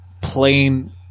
plain